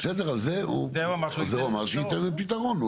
על זה הוא אמר שהוא ייתן פתרון.